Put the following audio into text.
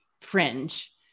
fringe